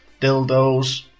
dildos